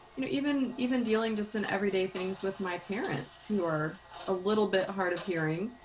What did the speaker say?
you know even even dealing just in everyday things with my parents who are a little bit hard of hearing,